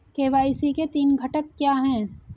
KYC के तीन घटक क्या हैं?